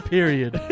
Period